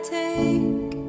take